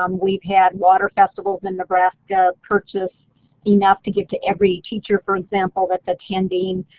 um we've had water festivals in nebraska purchase enough to give to every teacher for example that's attending.